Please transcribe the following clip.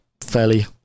fairly